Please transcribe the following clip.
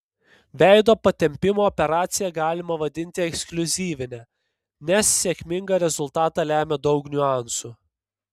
veido patempimo operaciją galima vadinti ekskliuzyvine nes sėkmingą rezultatą lemia daug niuansų